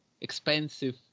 expensive